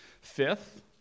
Fifth